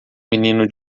menino